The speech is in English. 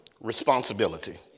responsibility